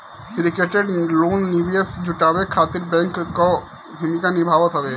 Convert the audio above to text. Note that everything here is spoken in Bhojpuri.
सिंडिकेटेड लोन निवेश जुटावे खातिर बैंक कअ भूमिका निभावत हवे